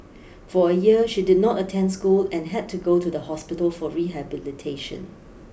for a year she did not attend school and had to go to the hospital for rehabilitation